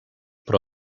però